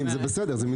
אני